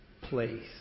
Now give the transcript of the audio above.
place